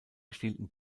gestielten